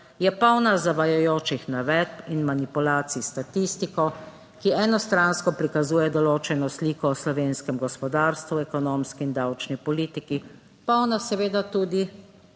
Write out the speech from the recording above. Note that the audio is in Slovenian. je polna zavajajočih navedb in manipulacij. s statistiko, ki enostransko prikazuje določeno sliko o slovenskem gospodarstvu, ekonomski in davčni politiki, polna seveda tudi